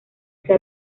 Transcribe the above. hacia